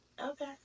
Okay